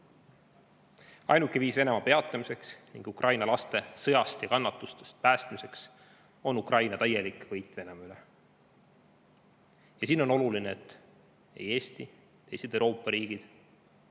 Ainuke viis Venemaa peatamiseks ning Ukraina laste sõjast ja kannatustest päästmiseks on Ukraina täielik võit Venemaa üle. Ja siin on oluline, et Eesti ja teiste Euroopa riikide